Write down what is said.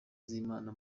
z’imana